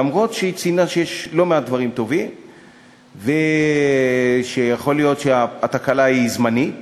אף שהיא ציינה שיש לא מעט דברים טובים ושיכול להיות שהתקלה היא זמנית,